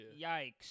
yikes